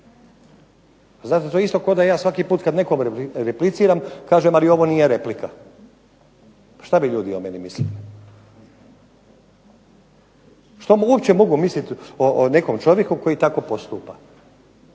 ludi. To je isto kao da ja svaki put kad nekome repliciram kažem ali ovo nije replika. Šta bi ljudi o meni mislili? Što uopće mogu misliti o nekom čovjeku koji tako postupa?